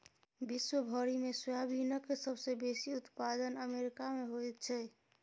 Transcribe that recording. विश्व भरिमे सोयाबीनक सबसे बेसी उत्पादन अमेरिकामे होइत छै